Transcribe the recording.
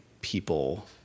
people